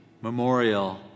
memorial